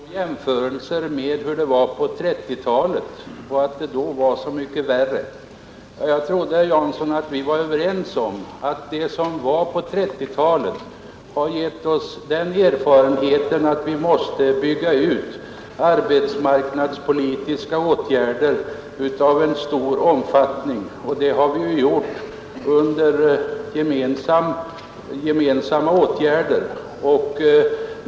Herr talman! Jag fattade det så att herr Jansson nämnde mitt namn och vad jag i går sade beträffande omfattningen av den nuvarande krisen på arbetsmarknaden. Han gjorde en jämförelse med hur det var på 1930-talet och påstod att det då var så mycket värre. Jag trodde, herr Jansson, att vi var överens om att det som hände på 1930-talet har givit oss den erfarenheten att vi måste bygga ut arbetsmarknadspolitiska åtgärder av stor omfattning. Det har vi också gjort under gemensamma ansträngningar.